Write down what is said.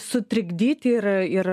sutrikdyti ir ir